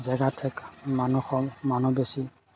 জেগা ঠেক মানুহ সৰহ মানুহ বেছি